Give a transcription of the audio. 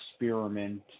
experiment